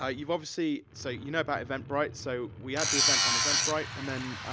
ah you've obviously, so, you know about eventbrite, so, we add the event on eventbrite, and then,